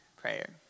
prayer